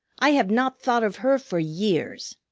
i have not thought of her for years.